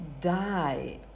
die